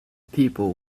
people